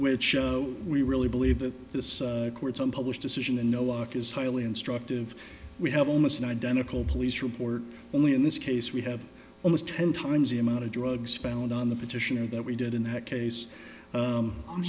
which we really believe that this court's unpublished decision and no luck is highly instructive we have almost an identical police report only in this case we have almost ten times the amount of drugs found on the petitioner that we did in that case him o